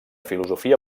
filosofia